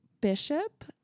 bishop